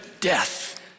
death